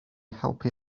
helpu